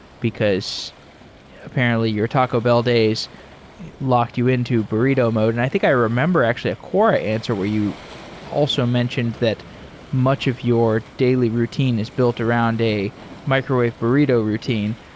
because apparently your taco bell days locked you into burrito mode. and i think i remember actually a core ah answer where you also mentioned that much of your daily routine is built around a microwave burrito routine.